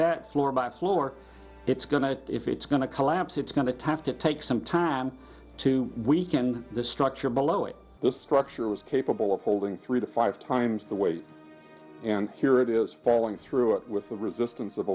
that floor by floor it's going to if it's going to collapse it's going to tough to take some time to weekend the structure below it this structure was capable of holding three to five times the weight and here it is falling through it with the resistance